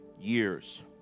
years